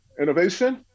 Innovation